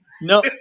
no